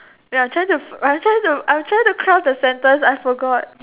ya I'm trying to I'm trying to I'm trying to craft the sentence I forgot